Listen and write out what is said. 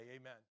Amen